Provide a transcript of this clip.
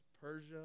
Persia